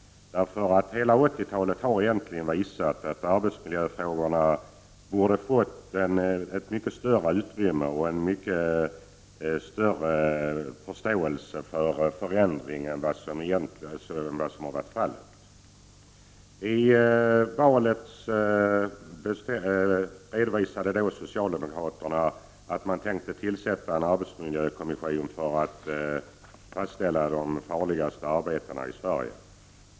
Utvecklingen under hela 1980-talet har visat att arbetsmiljöfrågorna borde ha fått ett mycket större utrymme och att man borde ha visat större förståelse för förändringar än vad som har varit fallet. I samband med valet redovisade socialdemokraterna sin uppfattning att man borde tillsätta en arbetsmiljökommission för att fastställa vilka arbeten som var de farligaste arbetena i Sverige.